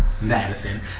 Madison